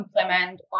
implement